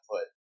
foot